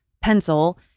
pencil